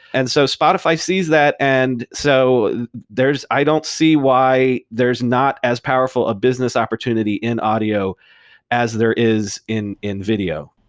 and so spotify sees that. and so i don't see why there's not as powerful a business opportunity in audio as there is in in video.